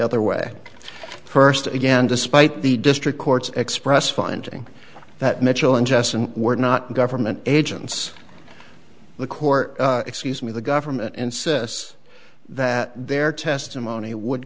other way first again despite the district courts express finding that mitchell and jessen were not government agents the court excuse me the government insists that their testimony would